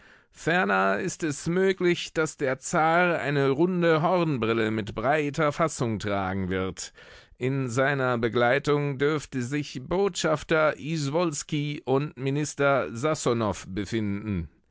ferner ist es möglich daß der zar eine runde hornbrille mit breiter fassung tragen wird in seiner begleitung dürfte sich botschafter iswolski und minister sasonow befinden